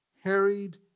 harried